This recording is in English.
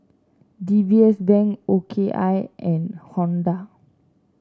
D B S Bank O K I and Honda